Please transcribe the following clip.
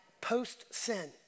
post-sin